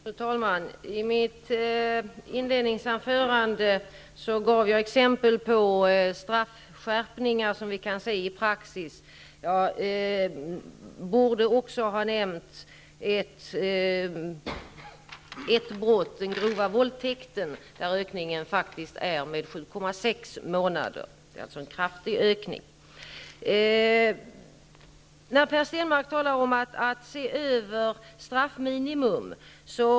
Fru talman! I mitt inledningsanförande gav jag exempel på straffskärpningar som vi kan se i praxis. Jag borde där också ha nämnt brottet grov våldtäkt, där straffen faktiskt ökat med 7,6 månader. Det är alltså en kraftig ökning. Per Stenmark talar om att se över straffminimum.